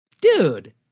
Dude